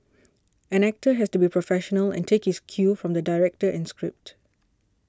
an actor has to be professional and take his cue from the director and script